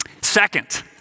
Second